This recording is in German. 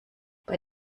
bei